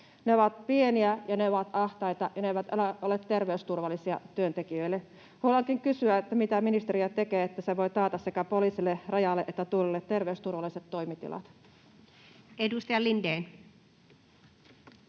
Ne ovat pieniä, ne ovat ahtaita, ja ne eivät enää ole terveysturvallisia työntekijöille. Haluankin kysyä: mitä ministeriö tekee, että se voi taata sekä poliisille, Rajalle että Tullille terveysturvalliset toimitilat? [Speech 36]